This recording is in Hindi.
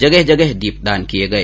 जगह जगह दीपदान किये गए